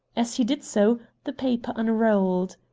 as he did so the paper unrolled.